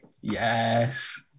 Yes